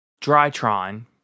Drytron